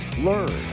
learn